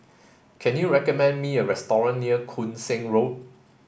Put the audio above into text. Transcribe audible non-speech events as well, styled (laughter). can you recommend me a (unintelligible) near Koon Seng Road